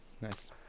Nice